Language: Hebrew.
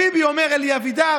או ארוך, אתה כבר לא יודע מה להגיד.